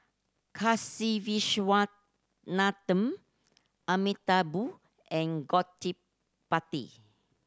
Kasiviswanathan Amitabh and Gottipati